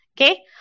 Okay